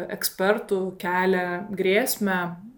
ekspertų kelia grėsmę